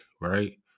right